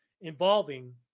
involving